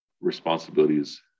responsibilities